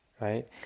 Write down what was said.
right